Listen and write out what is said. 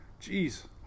Jeez